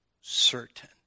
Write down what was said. certain